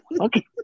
Okay